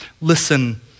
listen